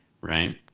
right